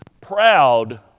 proud